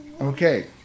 Okay